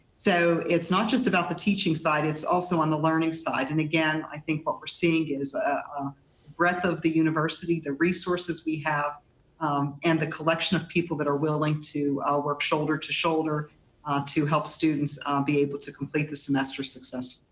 so it's not just about the teaching side, it's also on the learning side. side. and again, i think what we're seeing is a ah breadth of the university, the resources we have and the collection of people that are willing to ah work shoulder to shoulder to help students be able to complete the semester successfully.